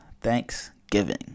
Thanksgiving